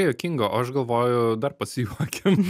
juokinga o aš galvoju dar pasijuokim